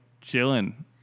chilling